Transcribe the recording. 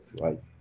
right